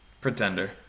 Pretender